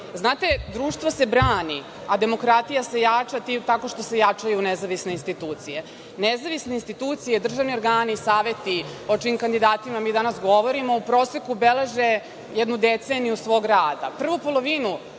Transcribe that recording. pažnju. Znate, društvo se brani, a demokratija se jača time tako što se jačaju nezavisne institucije. Nezavisne institucije, državni organi, saveti, o čijim kandidatima mi danas govorimo u proseku beleže jednu deceniju svog rada. Prvu polovinu